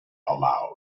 aloud